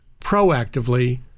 Proactively